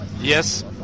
Yes